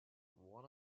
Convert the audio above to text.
one